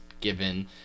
given